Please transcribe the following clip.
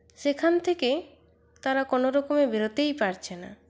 সেখান থেকে তারা কোনরকমে বেরোতেই পারছে না